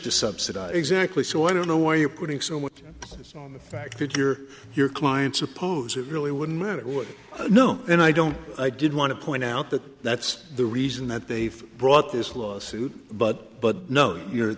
to subsidize exactly so i don't know why you're putting so much on the fact that you're your client suppose it really wouldn't know and i don't i did want to point out that that's the reason that they've brought this lawsuit but but no you're